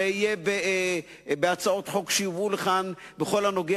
זה יהיה בהצעות חוק שיובאו לכאן בכל הקשור